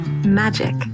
Magic